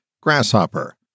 Grasshopper